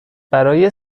برای